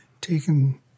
taken